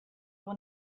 will